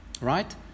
right